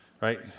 right